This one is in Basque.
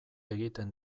egiten